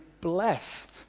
blessed